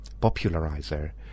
popularizer